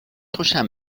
خوشم